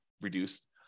reduced